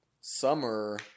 summer –